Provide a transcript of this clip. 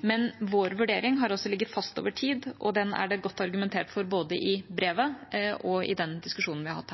Men vår vurdering har ligget fast over tid, og den er det godt argumentert for både i brevet og i den diskusjonen vi har hatt